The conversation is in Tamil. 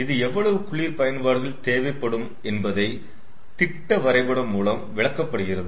இது எவ்வளவு குளிர் பயன்பாடுகள் தேவைப்படும் என்பதை திட்ட வரைபடம் மூலம் விளக்கப்படுகிறது